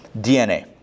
DNA